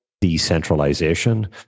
decentralization